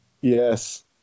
Yes